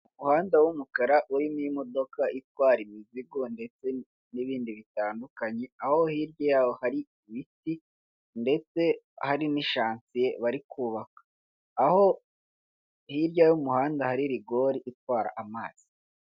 Umuhanda w'umukara urimo imodoka itwara imizigo ndetse n'ibindi bitandukanye, aho hirya yaho hari ibiti ndetse hari n'ishansiye bari kubaka, aho hirya y'umuhanda hari rigore itwara amazi.